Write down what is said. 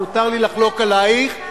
מותר לי לחלוק עלייך,